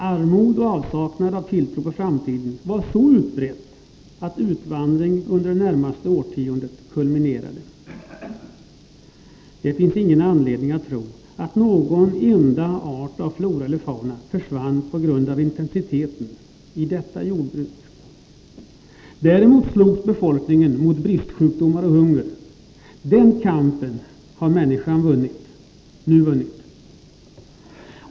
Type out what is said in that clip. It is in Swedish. Armod och avsaknad av tro på framtiden var så utbrett att utvandringen under det närmaste årtiondet kulminerade. Det finns ingen anledning tro att någon enda art av flora eller fauna försvann på grund av intensitet i detta jordbruk. Däremot slogs befolkningen mot bristsjukdomar och hunger. Den kampen har människan nu vunnit.